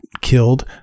killed